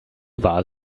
war